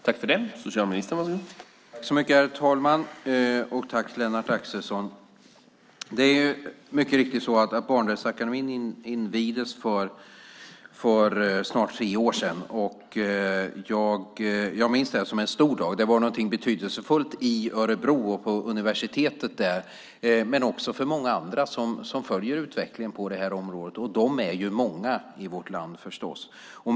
Herr talman! Barnrättsakademin invigdes mycket riktigt för snart tre år sedan. Jag minns det som en stor dag. Det var någonting betydelsefullt i Örebro och på universitetet där men också för många andra som följer utvecklingen på det här området - de är förstås många i vårt land.